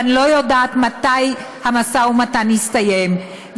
ואני לא יודעת מתי המשא-ומתן יסתיים.